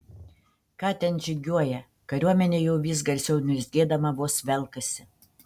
ką ten žygiuoja kariuomenė jau vis garsiau niurzgėdama vos velkasi